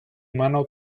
humano